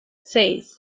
seis